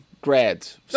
grads